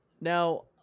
Now